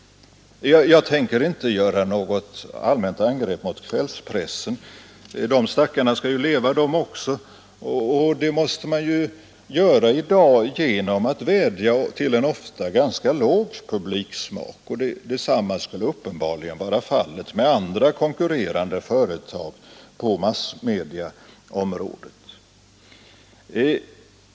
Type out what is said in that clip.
Jag tänker inte göra något allmänt angrepp mot kvällspressen — de stackarna skall också leva, och för att göra det i dag måste man vädja till en ofta ganska låg publiksmak. Detsamma skulle uppenbarligen vara fallet med andra konkurrerande företag på massmediaområdet.